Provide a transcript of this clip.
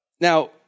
Now